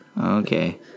Okay